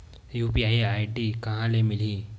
UPI ID कहां ले मिलही?